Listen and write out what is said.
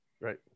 Right